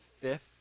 fifth